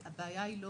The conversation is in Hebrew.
הבעיה היא לא